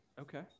Okay